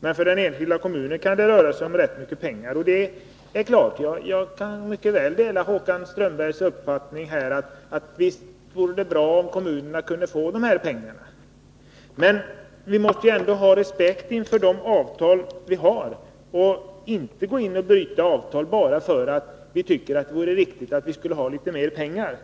men att det för den enskilda kommunen kan röra sig om rätt mycket pengar. Ja, det är klart. Jag kan mycket väl dela Håkan Strömbergs uppfattning — visst vore det bra om kommunerna kunde få dessa pengar. Men vi måste ändå ha respekt för de avtal som slutits och inte gå in och bryta dem bara därför att vi tycker att det vore riktigt att kommunerna fick litet mer pengar.